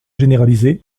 généralisée